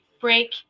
break